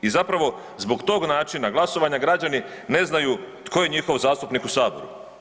I zapravo zbog tog načina glasovanja građani ne znaju tko je njihov zastupnik u Saboru.